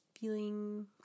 feeling